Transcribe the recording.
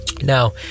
Now